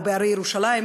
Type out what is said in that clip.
או בהרי ירושלים,